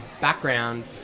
background